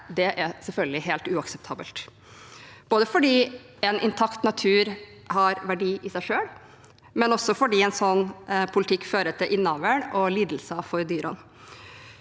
Det er selvfølgelig helt uakseptabelt, både fordi en intakt natur har verdi i seg selv, og også fordi en slik politikk fører til innavl og lidelser for dyrene.